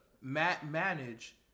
manage